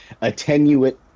attenuate